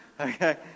Okay